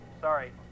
Sorry